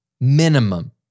Minimum